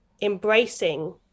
embracing